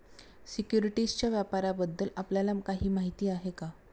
सिक्युरिटीजच्या व्यापाराबद्दल आपल्याला काही माहिती आहे का?